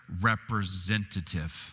representative